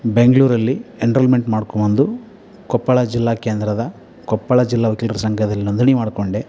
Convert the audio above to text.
ಬೆಂಗಳೂರಲ್ಲಿ ಎನ್ರೋಲ್ಮೆಂಟ್ ಮಾಡ್ಕೊ ಬಂದು ಕೊಪ್ಪಳ ಜಿಲ್ಲಾ ಕೇಂದ್ರದ ಕೊಪ್ಪಳ ಜಿಲ್ಲಾ ವಕೀಲರ ಸಂಘದಲ್ಲಿ ನೋಂದಣಿ ಮಾಡಿಕೊಂಡೆ